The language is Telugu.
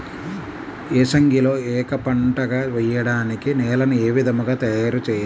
ఏసంగిలో ఏక పంటగ వెయడానికి నేలను ఏ విధముగా తయారుచేయాలి?